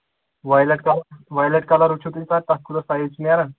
violet colour violet colour وٕچھِو تُہۍ sir تَتھ کوٗتاہ سایز چھُ نیران